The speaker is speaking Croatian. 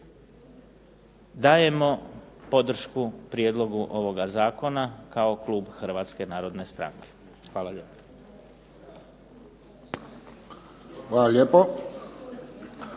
Dajemo podršku prijedlogu ovoga zakona kao klub Hrvatske narodne stranke. Hvala lijepo.